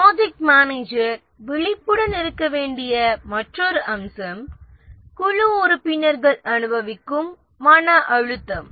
project manager விழிப்புடன் இருக்க வேண்டிய மற்றொரு அம்சம் குழு உறுப்பினர்கள் அனுபவிக்கும் மன அழுத்தம்